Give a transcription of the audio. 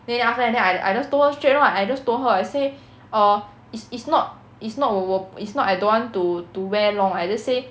then after that then I I just told her straight lor I just told her I say err is is not is not 我我 is not I don't want to to wear long I just say